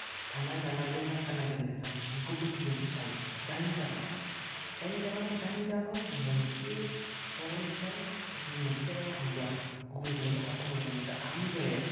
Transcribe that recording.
थानाय जानाय लोंनाय गान्नाय जोमनायफ्रा गुबुन गुबुन जायो जायनि जाहोनाव जायनि जाहोनाव जायनि जाहोनाव मोनसे जायगानिफ्राय गुबुन मोनसे जायगायाव थांब्ला गुबुन गुबुन फारागखौ नुनो मोनो दा आंनि बेलायाव